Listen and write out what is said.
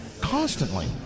constantly